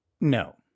No